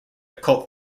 cult